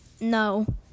No